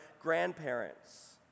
grandparents